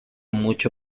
mucho